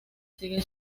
sigue